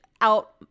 out